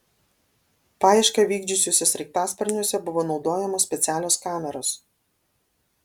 paiešką vykdžiusiuose sraigtasparniuose buvo naudojamos specialios kameros